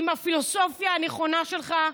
עם הפילוסופיה הנכונה שלך,